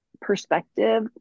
perspective